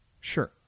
Sure